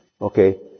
Okay